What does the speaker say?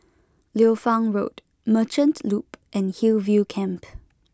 Liu Fang Road Merchant Loop and Hillview Camp